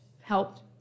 helped